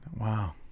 Wow